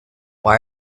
why